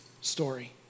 story